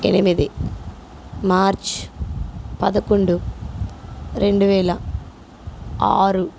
ఎనిమిది మార్చ్ పదకొండు రెండు వేల ఆరు